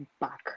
back